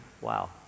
Wow